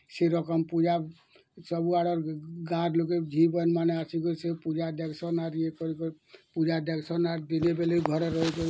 ସେ ରକମ୍ ପୂଜା ସବୁଆଡ଼େ ଗାଁ ଲୁକେ ଝି ମାନେ ଆସିକରି ପୂଜା ଦେଖ୍ସନ୍ ଆଉ ୟେ ୟେ କରିକରି ପୂଜା ଦେଖ୍ସନ୍ ଆର୍ ଵେଲେବେଲେ ଘରେ ରହିକରି